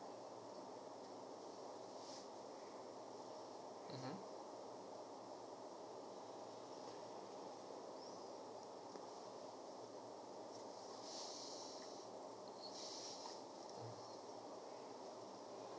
mmhmm